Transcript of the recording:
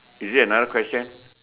is it another question